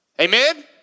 Amen